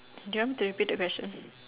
do you want me to repeat the question